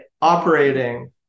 operating